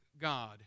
God